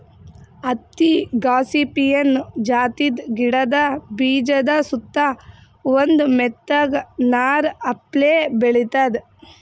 ಹತ್ತಿ ಗಾಸಿಪಿಯನ್ ಜಾತಿದ್ ಗಿಡದ ಬೀಜಾದ ಸುತ್ತಾ ಒಂದ್ ಮೆತ್ತಗ್ ನಾರ್ ಅಪ್ಲೆ ಬೆಳಿತದ್